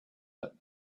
that